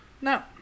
No